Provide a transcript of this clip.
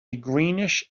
greenish